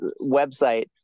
website